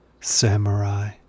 Samurai